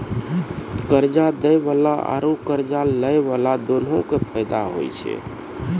कर्जा दै बाला आरू कर्जा लै बाला दुनू के फायदा होय छै